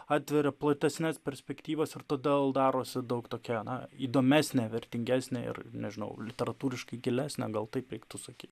atveria platesnes perspektyvas ir todėl darosi daug tokia na įdomesnė vertingesnė ir nežinau literatūriškai gilesnė gal taip reiktų sakyt